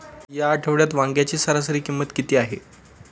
या आठवड्यात वांग्याची सरासरी किंमत किती आहे?